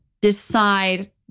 decide